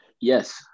Yes